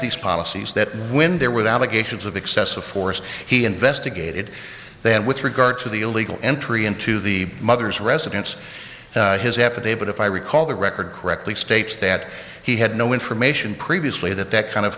these policies that wind there with allegations of excessive force he investigated then with regard to the illegal entry into the mother's residence his affidavit if i recall the record correctly states that he had no information previously that that kind of